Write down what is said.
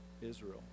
Israel